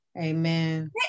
Amen